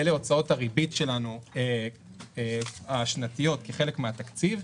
אלה הוצאות הריבית השנתיות שלנו כחלק מהתקציב.